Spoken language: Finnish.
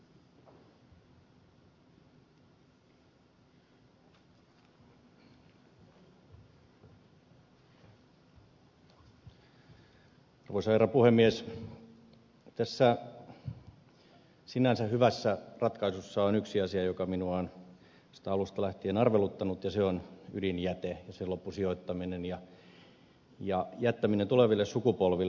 tässä sinänsä hyvässä ratkaisussa on yksi asia joka minua on alusta lähtien arveluttanut ja se on ydinjäte ja sen loppusijoittaminen ja jättäminen tuleville sukupolville